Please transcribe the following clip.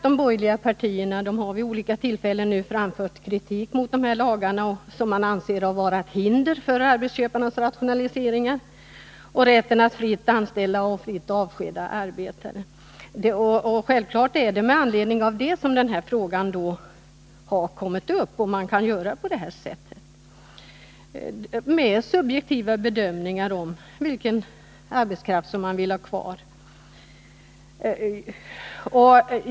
De borgerliga partierna har vid olika tillfällen framfört kritik mot de aktuella lagarna, som de anser vara hinder för arbetsköparnas rationaliseringar och för rätten att fritt anställa och avskeda arbetare. Anledningen till att min fråga väcks är självfallet en önskan att få veta om arbetsköpare på det sätt som här har skett kan tillämpa subjektiva bedömningar av vilken arbetskraft som skall få vara kvar.